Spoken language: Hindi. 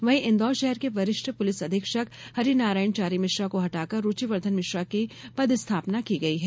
वहीं इंदौर शहर के वरिष्ठ पुलिस अधीक्षक हरिनारायण चारी मिश्रा को हटाकर रुचिवर्धन मिश्रा की पदस्थापना की गई है